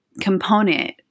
component